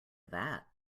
that